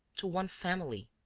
to one family?